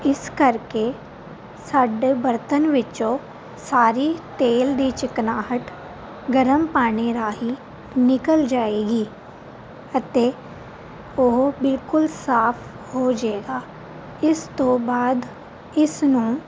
ਇਸ ਕਰਕੇ ਸਾਡੇ ਬਰਤਨ ਵਿੱਚੋਂ ਸਾਰੀ ਤੇਲ ਦੀ ਚਿਕਨਾਹਟ ਗਰਮ ਪਾਣੀ ਰਾਹੀਂ ਨਿਕਲ ਜਾਵੇਗੀ ਅਤੇ ਉਹ ਬਿਲਕੁਲ ਸਾਫ਼ ਹੋ ਜਾਵੇਗਾ ਇਸ ਤੋਂ ਬਾਅਦ ਇਸ ਨੂੰ